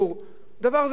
זה דבר טוב.